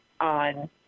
on